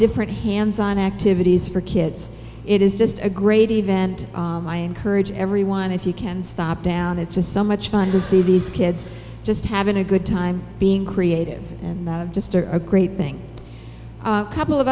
different hands on activities for kids it is just a great event i encourage everyone if you can stop down it's just so much fun to see these kids just having a good time being creative and that just are a great thing couple of